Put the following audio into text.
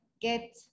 get